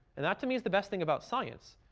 and that to me is the best thing about science.